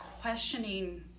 questioning